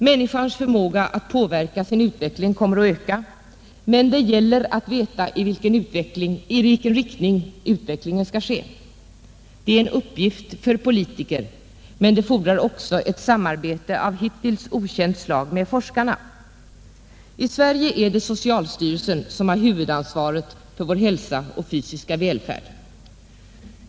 Människans förmåga att påverka sin utveckling kommer att öka, men det gäller att veta i vilken riktning utvecklingen skall ske. Detta är en uppgift för politiker, men det fordras också ett samarbete med forskarna av hittills okänt slag. I Sverige är det socialstyrelsen som har huvudansvaret för vår hälsa och fysiska välfärd.